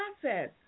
process